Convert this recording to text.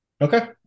Okay